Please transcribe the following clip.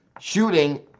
shooting